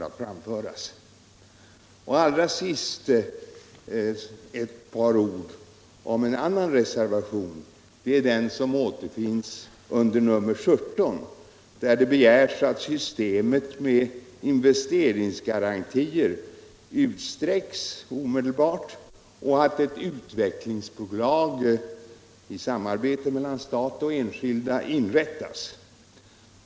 Till sist några ord om reservationen 17, i vilken begärs att systemet med investeringsgarantier utsträcks omedelbart och att ett utvecklingsbolag i samarbete mellan stat och enskilda inrättas.